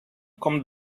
kommt